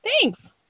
Thanks